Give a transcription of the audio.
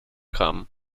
come